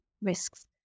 risks